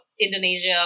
Indonesia